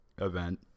event